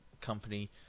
company